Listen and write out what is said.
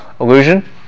Illusion